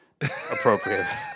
appropriate